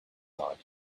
thought